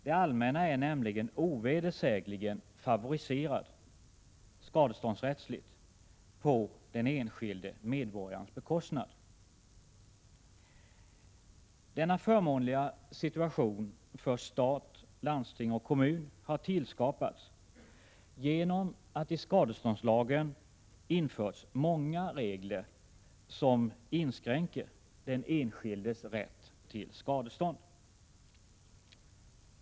Det allmänna är nämligen ovedersägligen favoriserat i skadeståndsrättsligt hänseende på den enskilde medborgarens bekostnad. Denna förmånliga situation för stat, landsting och kommun har tillskapats genom att det i skadeståndslagen har införts flera regler som inskränker den enskildes rätt till skadestånd.